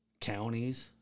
counties